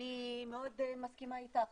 אני מאוד מסכימה איתך.